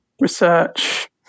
research